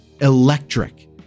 electric